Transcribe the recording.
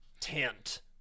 tent